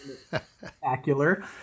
spectacular